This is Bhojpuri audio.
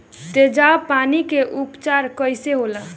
तेजाब पान के उपचार कईसे होला?